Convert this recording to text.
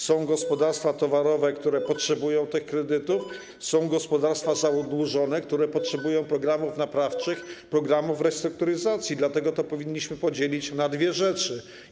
Są gospodarstwa towarowe, które potrzebują tych kredytów, są gospodarstwa zadłużone, które potrzebują programów naprawczych, programów restrukturyzacji, dlatego powinniśmy to podzielić na dwa obszary.